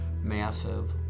massive